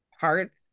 parts